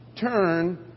turn